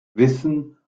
wissen